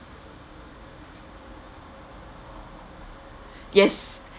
yes